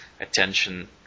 attention